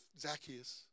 Zacchaeus